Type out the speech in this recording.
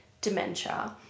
dementia